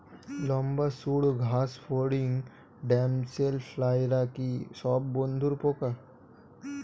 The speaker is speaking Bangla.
লম্বা সুড় ঘাসফড়িং ড্যামসেল ফ্লাইরা কি সব বন্ধুর পোকা?